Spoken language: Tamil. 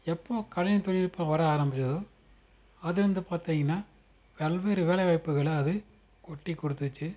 எப்போது கணினி தொழில்நுட்பம் வர ஆரம்பிச்சதோ அதிலருந்து பார்த்தீங்கன்னா பல்வேறு வேலைவாய்ப்புகள் அது கொட்டி கொடுத்துச்சி